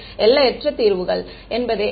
எல்லையற்ற தீர்வுகள் என்பதே அது